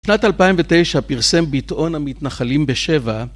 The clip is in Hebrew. שנת 2009 פרסם ביטאון המתנחלים בשבע